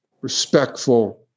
respectful